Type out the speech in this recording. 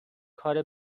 کار